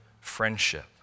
friendship